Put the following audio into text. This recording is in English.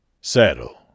Saddle